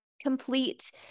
complete